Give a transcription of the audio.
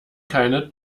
keine